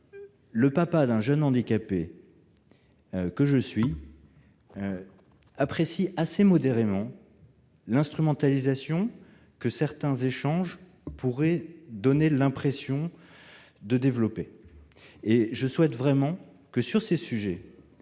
le papa d'un jeune handicapé que je suis apprécie assez modérément l'instrumentalisation que certains échanges pourraient donner l'impression de développer. Ces sujets concernent un certain